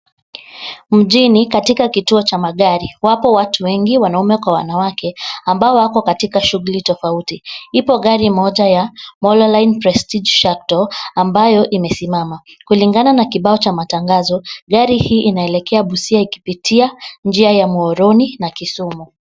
Mjini katika kituo cha magari, wapo watu wengi, wanaume kwa wanawake, ambao wako katika shughuli tofauti. Ipo gari moja ya Mololine Prestige Shuttle, ambayo imesimama. Kulingana na kibao cha matangazo, gari hii inaelekea busia ikipitia njia ya Muhoroni na Kisumu.